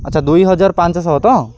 ଆଚ୍ଛା ଦୁଇହଜାର ପାଞ୍ଚଶହ ତ